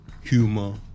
humor